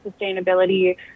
sustainability